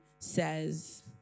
says